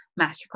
masterclass